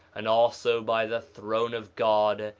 and also by the throne of god,